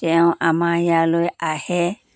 তেওঁ আমাৰ ইয়ালৈ আহে